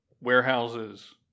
warehouses